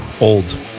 old